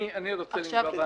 אני רוצה לנגוע בנקודה.